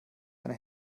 eine